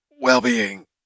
well-being